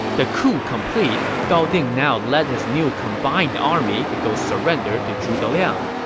the coup complete, gao ding now led his new combined army to go surrender to zhuge liang.